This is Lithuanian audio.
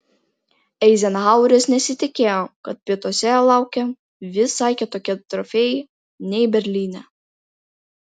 eizenhaueris nesitikėjo kad pietuose jo laukia visai kitokie trofėjai nei berlyne